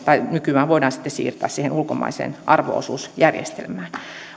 tai nykyään voidaan sitten siirtää siihen ulkomaiseen arvo osuusjärjestelmään